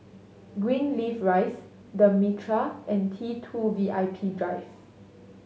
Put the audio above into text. Greenleaf Rise The Mitraa and T Two V I P Drive